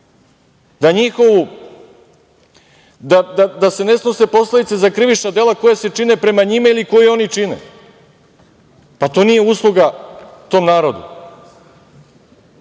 da se ne snose posledice za krivična dela koja se čine prema njima ili koja oni čine. To nije usluga tom narodu. Sva